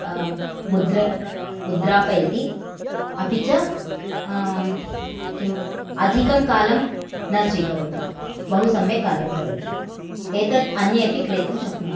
मुद्र मुद्रापयति अपि च किम् अधिकं कालं न स्वीकरोति बहु सम्यक् कार्यं करोति एतत् अन्ये अपि क्रेतुं शक्नुवन्ति